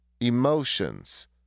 emotions